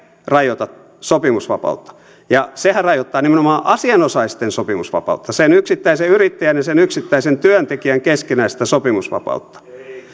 rajoita sopimusvapautta ja sehän rajoittaa nimenomaan asianosaisten sopimusvapautta sen yksittäisen yrittäjän ja sen yksittäisen työntekijän keskinäistä sopimusvapautta